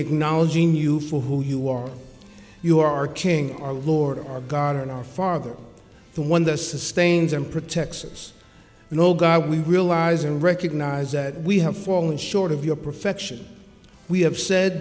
acknowledging you for who you are you our king our lord our god and our father the one that sustains and protects us you know god we realize and recognize that we have fallen short of your perfection we have said